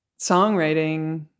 songwriting